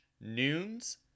noons